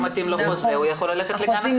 אם לא מתאים לו החוזה, הוא יכול לגן אחר.